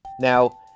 Now